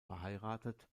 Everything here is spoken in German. verheiratet